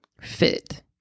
fit